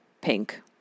pink